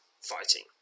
Fighting